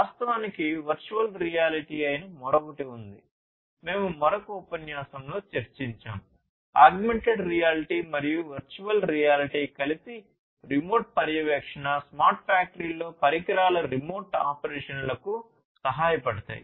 వాస్తవానికి virtual reality అయిన మరొకటి ఉంది మేము మరొక ఉపన్యాసంలో చర్చించాము ఆగ్మెంటెడ్ రియాలిటీ మరియు వర్చువల్ రియాలిటీ కలిసి రిమోట్ పర్యవేక్షణ స్మార్ట్ ఫ్యాక్టరీలో పరికరాల రిమోట్ ఆపరేషన్లకు సహాయపడతాయి